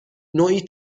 نوعی